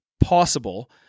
possible